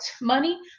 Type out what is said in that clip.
money